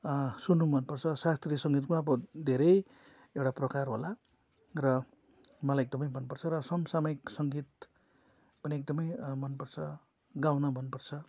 सुन्नु मनपर्छ शास्त्रीय सङ्गीतमा अब धेरै एउटा प्रकार होला र मलाई एकदमै मनपर्छ र समसामायिक सङ्गीत पनि एकदमै मनपर्छ गाउन मनपर्छ